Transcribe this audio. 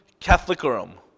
Catholicorum